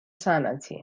صنعتی